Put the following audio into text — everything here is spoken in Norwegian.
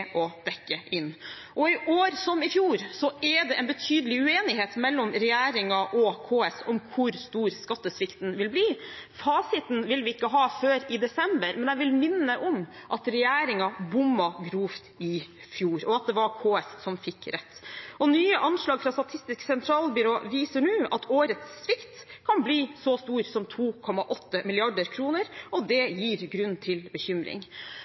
dekke inn. I år som i fjor er det en betydelig uenighet mellom regjeringen og KS om hvor stor skattesvikten vil bli. Fasiten vil vi ikke ha før i desember, men jeg vil minne om at regjeringen bommet grovt i fjor, og at det var KS som fikk rett. Nye anslag fra Statistisk sentralbyrå viser nå at årets svikt kan bli så stor som 2,8 mrd. kr, og det gir grunn til bekymring.